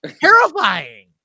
terrifying